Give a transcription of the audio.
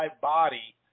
body